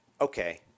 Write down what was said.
Okay